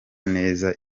neza